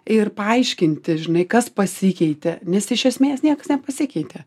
ir paaiškinti žinai kas pasikeitė nes iš esmės nieks nepasikeitė